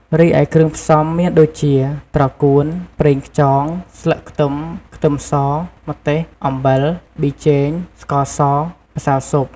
រីឯ គ្រឿងផ្សំមានដូចជា ត្រកួន ប្រេងខ្យង ស្លឹកខ្ទឹមខ្ទឹមស ម្ទេស អំបិល ប៊ីចេង ស្កសរ ម្សៅស៊ុប។